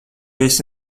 esi